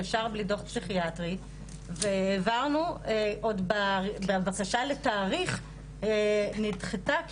שאפשר בלי דוח פסיכיאטרי והעברנו עוד בבקשה לתאריך נדחתה,